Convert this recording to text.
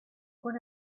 one